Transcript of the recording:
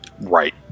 right